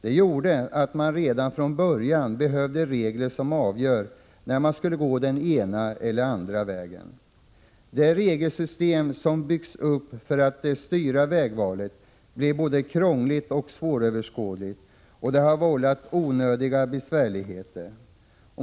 Det gjorde att man redan från början behövde regler som 175 avgör när man skall gå den ena eller andra vägen. Det regelsystem som byggts upp för att styra vägvalet blev både krångligt och svåröverskådligt, och det har vållat onödiga besvärligheter.